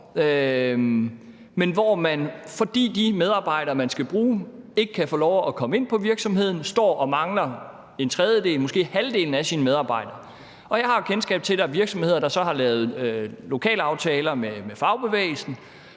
som, fordi de medarbejdere, de skal bruge, ikke kan få lov at komme ind på virksomheden, står og mangler en tredjedel eller måske halvdelen af deres medarbejdere. Jeg har kendskab til, at der er virksomheder, der så har lavet lokalaftaler med fagbevægelsen